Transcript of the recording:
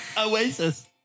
Oasis